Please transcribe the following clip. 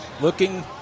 looking